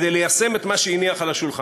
כדי ליישם את מה שהניח על השולחן.